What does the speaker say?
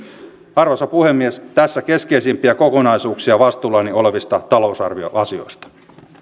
arvoisa puhemies tässä keskeisimpiä kokonaisuuksia vastuullani olevista talousarvioasioista